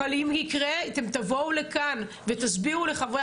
אבל אם יקרה אתם תבואו לכאן ותסבירו לחברי